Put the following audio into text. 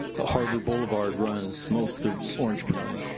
harbor boulevard runs most of orange county.